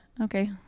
okay